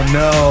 no